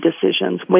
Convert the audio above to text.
decisions